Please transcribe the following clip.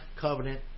covenant